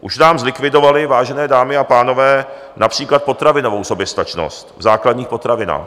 Už nám zlikvidovali, vážené dámy a pánové, například potravinovou soběstačnost, v základních potravinách.